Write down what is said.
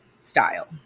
style